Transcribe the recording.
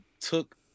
took